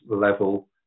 level